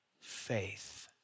faith